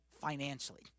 financially